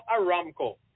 Aramco